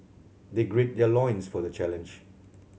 they grid their loins for the challenge